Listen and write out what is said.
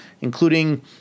including